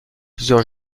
plusieurs